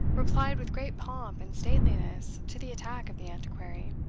replied with great pomp and stateliness to the attack of the antiquary.